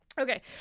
Okay